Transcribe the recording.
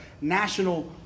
national